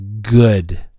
good